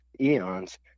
eons